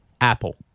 Apple